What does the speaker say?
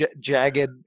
jagged